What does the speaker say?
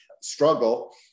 struggle